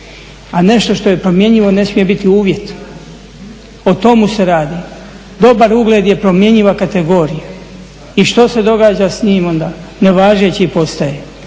a nešto što je promjenjivo ne smije biti uvjet, o tomu se radi. Dobar ugled je promjenjiva kategorija i što se događa s njim onda, nevažeći postaje,